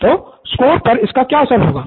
नितिन तो प्रो बाला स्कोर पर इसका क्या असर होगा